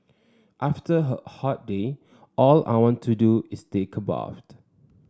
after hot day all I want to do is take a